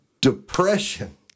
depression